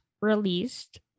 released